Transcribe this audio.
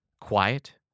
Quiet